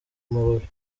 amababi